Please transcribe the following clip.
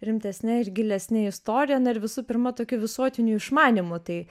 rimtesne ir gilesne istorija na ir visų pirma tokiu visuotiniu išmanymu tai